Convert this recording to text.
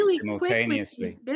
simultaneously